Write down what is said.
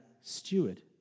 steward